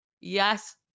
yes